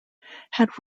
had